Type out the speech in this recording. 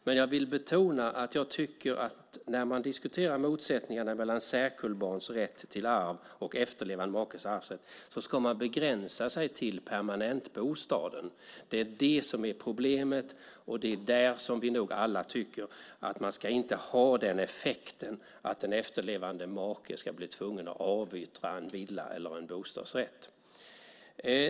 Men jag vill betona att jag tycker att man ska begränsa sig till permanentbostaden när man diskuterar motsättningarna mellan särkullbarns rätt till arv och efterlevande makes arvsrätt. Det är det som är problemet. Där tycker vi nog alla att man inte ska ha den effekten att en efterlevande make ska bli tvungen att avyttra en villa eller en bostadsrätt.